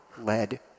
led